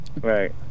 Right